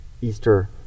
Easter